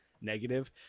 negative